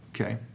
Okay